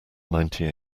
ninety